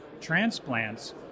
transplants